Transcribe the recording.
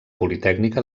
politècnica